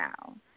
now